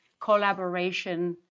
collaboration